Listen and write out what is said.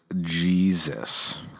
Jesus